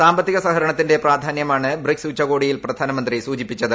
സാമ്പത്തിക സഹകരണത്തിന്റെ പ്രാധാന്യമാണ് ബ്രിക്സ് ഉച്ചകോടിയിൽ പ്രധാനമന്ത്രി സൂചിപ്പിച്ചത്